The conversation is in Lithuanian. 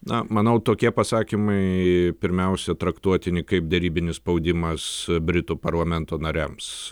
na manau tokie pasakymai pirmiausia traktuotini kaip derybinis spaudimas britų parlamento nariams